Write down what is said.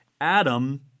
Adam